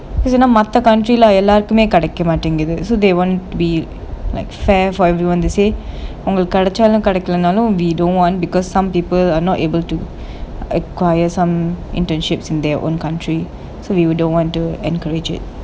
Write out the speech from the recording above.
because you know மத்த:maththa country leh எல்லாருக்குமே கிடைக்க மாட்டிங்குது:ellaarukumae kidaikka maatinguthu so they want be like fair for everyone they say உங்களுக்கு கிடைச்சாலும் கிடைக்காட்டியும்:ungaluku kidaichaalum kidaikaatiyum we don't want because some people are not able to acquire some internships in their own country so we don't want to encourage it